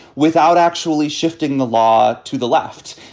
without actually shifting the law to the left.